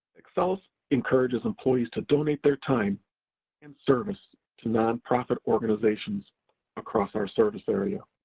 excellus encourages employees to donate their time and service to non-profit organizations across our service area.